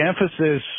emphasis